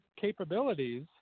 capabilities